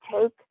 take